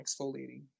exfoliating